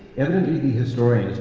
evidently, the historian,